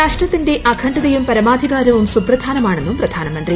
രാഷ്ട്രത്തിന്റെ അഖണ്ഡതയും പ്പൂര്യമാധികാരവും സുപ്രധാനമാണെന്നും പ്രധാന്ദ്മൃത്തി